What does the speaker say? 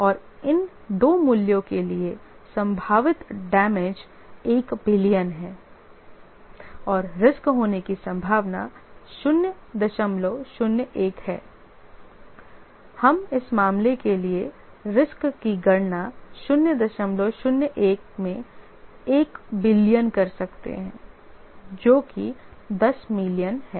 और इन दो मूल्यों के लिए संभावित डैमेज 1 बिलियन है और रिस्क होने की संभावना 001 है हम इस मामले के लिए रिस्क की गणना 001 में 1 बिलियन कर सकते हैं जो कि 10 मिलियन है